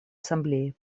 ассамблеи